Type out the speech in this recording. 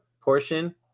portion